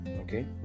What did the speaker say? okay